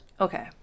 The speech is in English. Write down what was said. Okay